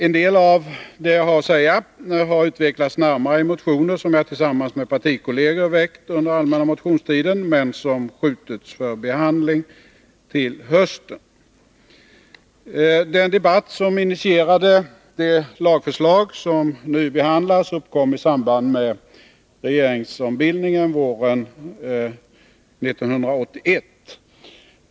En del av det jag har att säga har utvecklats närmare i motioner som jag tillsammans med partikolleger väckt under den allmänna motionstiden men som skjutits för behandling till hösten. Den debatt som initierade det lagförslag som nu behandlas uppkom i samband med regeringsombildningen våren 1981.